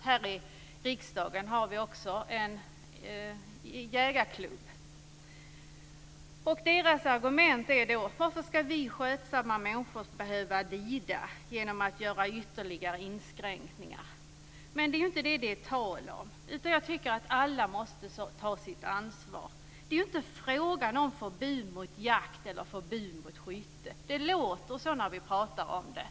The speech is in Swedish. Här i riksdagen har vi också en jägarklubb. Deras argument är: Varför ska vi skötsamma människor behöva lida genom att det görs ytterligare inskränkningar? Men det är inte fråga om det. Jag tycker att alla måste ta sitt ansvar. Det är inte fråga om förbud mot jakt eller förbud mot skytte. Det låter så när vi pratar om det.